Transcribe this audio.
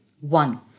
One